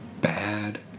bad